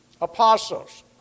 apostles